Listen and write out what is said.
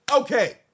okay